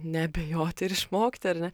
neabejoti ir išmokti ar ne